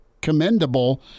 commendable